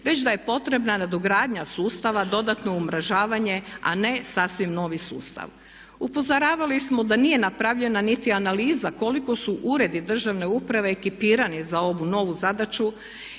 već da je potrebna nadogradnja sustava dodatno umrežavanje a ne sasvim novi sustav. Upozoravali smo da nije napravljena niti analiza koliko su uredi državne uprave ekipirani za ovu novu zadaću